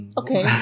okay